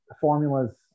formulas